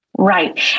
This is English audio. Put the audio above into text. Right